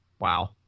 Wow